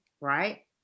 right